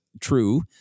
true